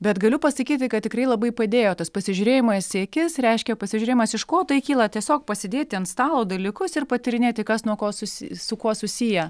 bet galiu pasakyti kad tikrai labai padėjo tas pasižiūrėjimas į akis reiškia pasižiūrėjimas iš ko tai kyla tiesiog pasidėti ant stalo dalykus ir patyrinėti kas nuo ko susi su kuo susiję